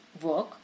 work